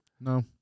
No